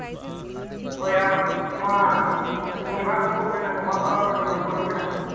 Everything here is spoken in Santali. ᱦᱳᱭ ᱟᱨ ᱱᱚᱣᱟ ᱜᱚᱢᱦᱟ ᱠᱚᱠᱚ ᱢᱮᱱᱟ ᱜᱚᱢᱦᱟ ᱯᱚᱨᱚᱵᱽ ᱨᱮ ᱜᱚᱢᱦᱟ ᱠᱚ ᱟᱹᱰᱤ ᱪᱮᱨᱦᱟ ᱠᱚ